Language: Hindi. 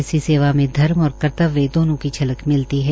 ऐसी सेवा में धर्म और कर्तव्य दोनो की झलक मिलती है